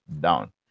down